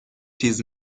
تیز